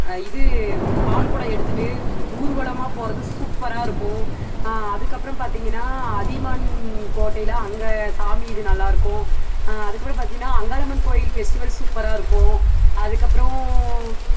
இது பால்குடம் எடுத்துகிட்டு ஊர்வலமாப் போகிறது சூப்பராக இருக்கும் அதுக்கப்புறோ பார்த்திங்கனா அதிமன் கோட்டையில் அங்கே சாமி இது நல்லா இருக்கும் அதுக்கப்புறோ பார்த்திங்னா அங்காளம்மன் கோவில் பெஸ்டிவல் சூப்பராக இருக்கும் அதுக்கப்புறோ